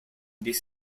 these